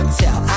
tell